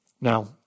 Now